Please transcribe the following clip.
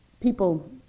people